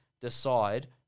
decide